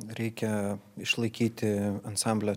reikia išlaikyti ansamblio